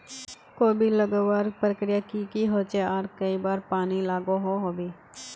कोबी लगवार प्रक्रिया की की होचे आर कई बार पानी लागोहो होबे?